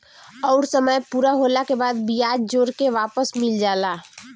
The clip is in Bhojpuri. अउर समय पूरा होला के बाद बियाज जोड़ के वापस मिल जाला